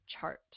chart